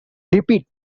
repeat